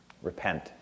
repent